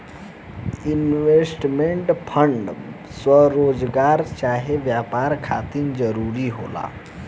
investment fund स्वरोजगार चाहे व्यापार खातिर जरूरी होला